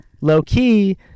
low-key